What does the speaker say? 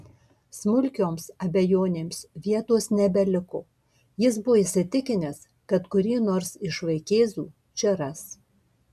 smulkioms abejonėms vietos nebeliko jis buvo įsitikinęs kad kurį nors iš vaikėzų čia ras